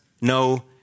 no